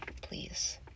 Please